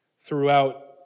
throughout